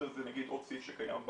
זה נגיד עוד סעיף שקיים.